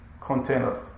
container